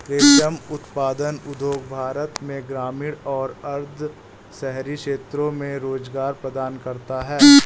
रेशम उत्पादन उद्योग भारत में ग्रामीण और अर्ध शहरी क्षेत्रों में रोजगार प्रदान करता है